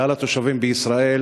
כלל התושבים בישראל